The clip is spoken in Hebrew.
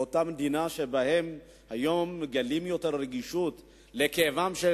באותה מדינה שבה היום מגלים יותר רגישות לכאבם של